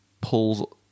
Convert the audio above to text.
pulls